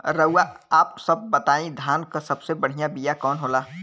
रउआ आप सब बताई धान क सबसे बढ़ियां बिया कवन होला?